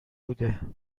بوده